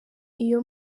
iyo